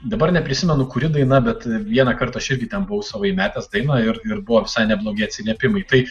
dabar neprisimenu kuri daina bet vieną kartą aš irgi tebuvau savo įmetęs dainą ir ir buvo visai neblogi atsiliepimai tai